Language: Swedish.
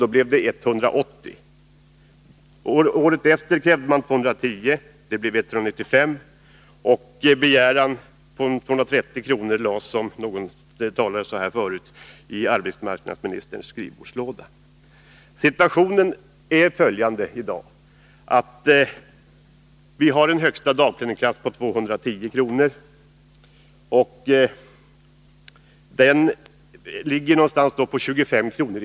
— det blev 180 kr. Året därefter krävde man 210 kr. — det blev 195 kr. En begäran om 230 kr. lades, som någon talare sade här förut, i arbetsmarknadsministerns skrivbordslåda. Situationen är i dag den, att vi har en högsta dagpenningklass på 210 kr. Det motsvarar ungefär 25 kr.